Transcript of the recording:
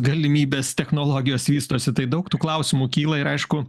galimybės technologijos vystosi tai daug tų klausimų kyla ir aišku